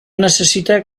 necessite